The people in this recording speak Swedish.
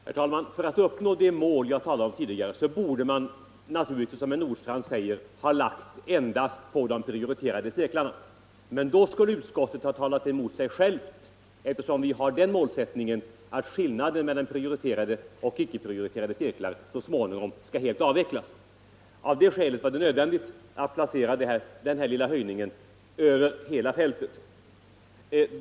Herr talman! För att uppnå det mål jag talat om tidigare borde man naturligtvis, som herr Nordstrandh säger, ha lagt höjningen på de prioriterade cirklarna. Men då skulle utskottet ha talat emot sig självt, eftersom vi har målsättningen att skillnaden mellan prioriterade och icke prioriterade cirklar så småningom skall helt avvecklas. Av det skälet var det nödvändigt att placera ut den här lilla höjningen över hela fältet.